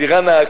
דירה נאה,